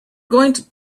going